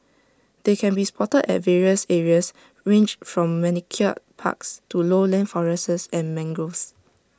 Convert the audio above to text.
they can be spotted at various areas ranged from manicured parks to lowland forests and mangroves